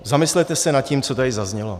Zamyslete se nad tím, co tady zaznělo.